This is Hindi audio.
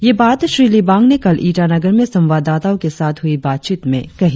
ये बात श्री लिबांग ने कल ईटानगर में संवाददाताओं के साथ हुई बातचीत में कही